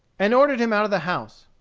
and ordered him out of the house.